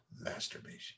masturbation